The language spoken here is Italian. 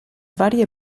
varie